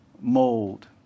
mold